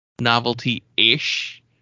novelty-ish